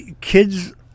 kids